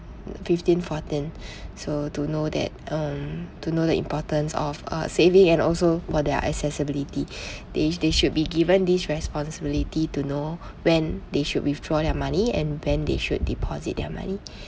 fifteen fourteen so to know that um to know the importance of uh saving and also for their accessibility they they should be given this responsibility to know when they should withdraw their money and when they should deposit their money